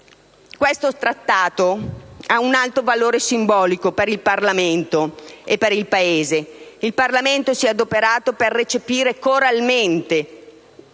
Questo trattato ha un alto valore simbolico per il Parlamento e per il Paese: il Parlamento si è adoperato per recepire coralmente,